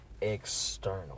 external